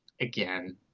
again